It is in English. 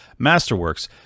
Masterworks